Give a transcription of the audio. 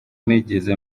nigeze